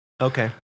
Okay